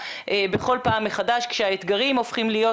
מה שאנחנו רואים